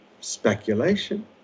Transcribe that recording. Speculation